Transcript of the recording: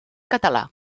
català